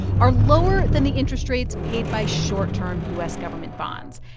are lower than the interest rates paid by short-term u s. government bonds.